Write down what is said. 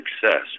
success